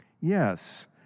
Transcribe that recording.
Yes